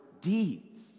deeds